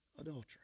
adultery